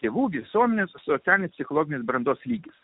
tėvų visuomenės socialinis psichologinis brandos lygis